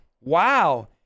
wow